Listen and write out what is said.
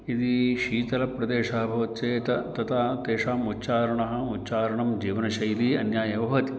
यदि शीतलप्रदेशः भवत् चेत् तथा तेषाम् उच्चारणः उच्चारणं जीवनशैली अन्या एव भवति